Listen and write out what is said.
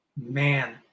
Man